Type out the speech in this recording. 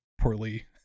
poorly